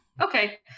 Okay